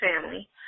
family